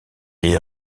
est